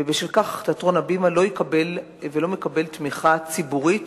ובשל כך תיאטרון "הבימה" לא יקבל ולא מקבל תמיכה ציבורית